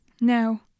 Now